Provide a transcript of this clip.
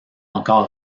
encore